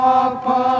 Papa